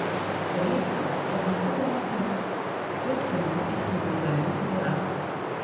reiktų kad visi pamatytų kiek ten jūsų subingalvių yra